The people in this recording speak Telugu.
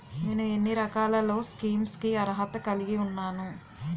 నేను ఎన్ని రకాల లోన్ స్కీమ్స్ కి అర్హత కలిగి ఉన్నాను?